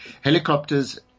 helicopters